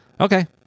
okay